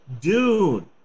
Dune